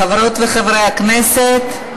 חברות וחברי הכנסת,